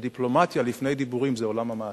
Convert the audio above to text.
שדיפלומטיה לפני דיבורים זה עולם המעשה.